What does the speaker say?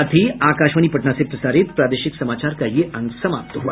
इसके साथ ही आकाशवाणी पटना से प्रसारित प्रादेशिक समाचार का ये अंक समाप्त हुआ